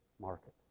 market